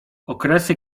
okresy